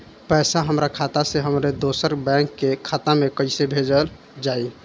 पैसा हमरा खाता से हमारे दोसर बैंक के खाता मे कैसे भेजल जायी?